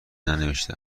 ننوشته